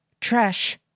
Trash